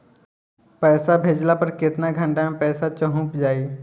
पैसा भेजला पर केतना घंटा मे पैसा चहुंप जाई?